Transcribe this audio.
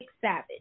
Savage